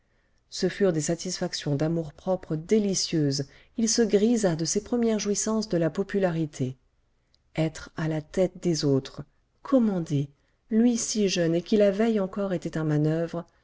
ce furent des satisfactions d'amour-propre délicieuses il se grisa de ces premières jouissances de la popularité être à la tête des autres commander lui si jeune et qui la veille encore était un manoeuvre